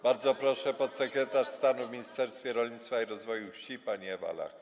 Bardzo proszę, podsekretarz stanu w Ministerstwie Rolnictwa i Rozwoju Wsi pani Ewa Lech.